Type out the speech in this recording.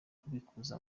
kubikuza